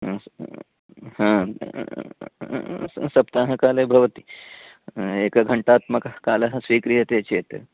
सप्ताहकाले भवति एकघण्टात्मकः कालः स्वीक्रियते चेत्